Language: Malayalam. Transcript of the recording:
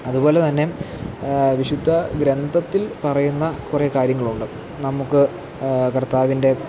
അതുപോലെതന്നെ വിശുദ്ധ ഗ്രന്ഥത്തില് പറയുന്ന കുറേ കാര്യങ്ങളുണ്ട് നമുക്ക് കര്ത്താവിന്റെ